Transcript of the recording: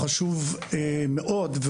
חשוב מאוד,